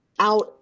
Out